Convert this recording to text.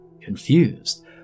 Confused